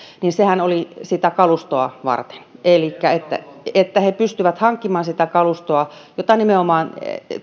oli sitä kalustoa varten elikkä sitä varten että he pystyvät hankkimaan sitä kalustoa